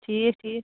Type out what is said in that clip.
ٹھیٖک ٹھیٖک